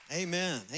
Amen